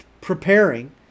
preparing